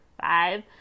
five